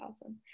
awesome